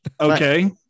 Okay